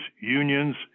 unions